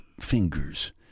fingers